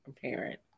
parent